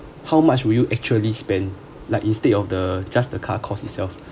how much would you actually spend like instead of the just the car cost itself